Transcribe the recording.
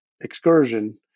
excursion